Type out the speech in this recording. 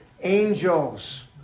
Angels